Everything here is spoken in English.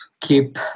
keep